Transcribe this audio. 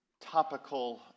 topical